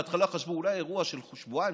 בהתחלה חשבו אולי שזה אירוע של שבועיים,